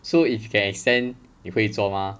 so if you can extend 你会做吗